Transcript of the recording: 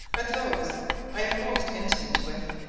are those i am most intimate with.